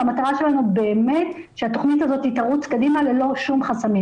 והמטרה שלנו באמת שהתכנית הזאת תרוץ קדימה ללא שום חסמים.